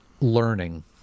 learning